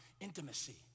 Intimacy